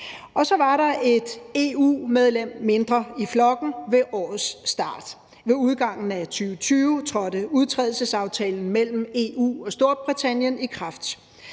så. Så var der et EU-medlem mindre i flokken ved årets start. Ved udgangen af 2020 trådte udtrædelsesaftalen mellem EU og Storbritannien i kraft.